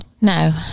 No